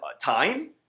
time